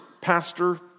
pastor